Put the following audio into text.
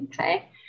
Okay